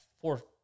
four